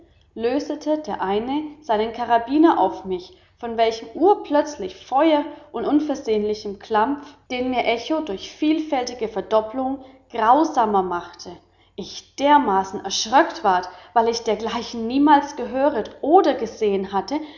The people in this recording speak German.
lösete der eine seinen karbiner auf mich von welchem urplötzlichen feur und unversehnlichem klapf den mir echo durch vielfältige verdoppelung grausamer machte ich dermaßen erschröckt ward weil ich dergleichen niemals gehöret oder gesehen hatte